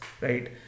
right